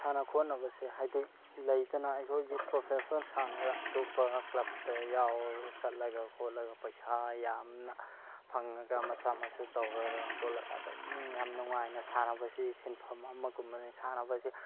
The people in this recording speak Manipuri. ꯁꯥꯟꯅ ꯈꯣꯠꯅꯕꯁꯦ ꯍꯥꯏꯗꯤ ꯂꯩꯗꯅ ꯑꯩꯈꯣꯏꯒꯤ ꯄ꯭ꯔꯣꯐꯦꯁꯟ ꯁꯥꯟꯅꯔꯒ ꯑꯇꯣꯞꯄ ꯀ꯭ꯂꯕꯇ ꯌꯥꯎ ꯆꯠꯂꯒ ꯈꯣꯠꯂꯒ ꯄꯩꯁꯥ ꯌꯥꯝꯅ ꯐꯪꯉꯒ ꯃꯆꯥ ꯃꯁꯨ ꯇꯧꯔꯒ ꯈꯣꯠꯂꯒ ꯑꯗꯨꯝ ꯌꯥꯝ ꯅꯨꯡꯉꯥꯏꯅ ꯁꯥꯟꯅꯕꯁꯤ ꯁꯤꯟꯐꯝ ꯑꯃꯒꯨꯝꯕꯅꯤ ꯁꯥꯟꯅꯕꯁꯤ